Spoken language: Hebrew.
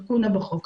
לקונה בחוק,